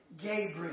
Gabriel